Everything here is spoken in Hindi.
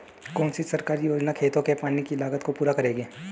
कौन सी सरकारी योजना खेतों के पानी की लागत को पूरा करेगी?